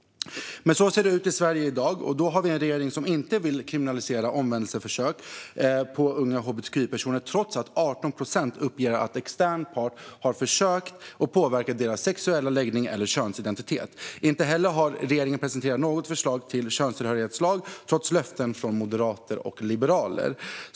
Så ser det ut i Sverige i dag, och då har vi en regering som inte vill kriminalisera omvändelseförsök riktade mot unga hbtqi-personer trots att 18 procent uppger att extern part har försökt påverka deras sexuella läggning eller könsidentitet. Inte heller har regeringen presenterat något förslag till könstillhörighetslag, trots löften från moderater och liberaler.